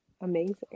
amazing